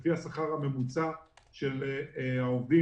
לפי השכר הממוצע של העובדים.